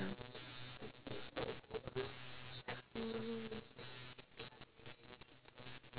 now oh no